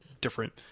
different